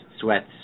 sweats